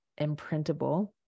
imprintable